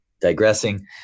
digressing